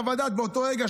והייתה לי חוות דעת על זה,